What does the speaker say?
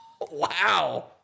Wow